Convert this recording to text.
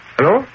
Hello